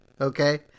okay